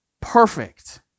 perfect